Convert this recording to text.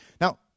Now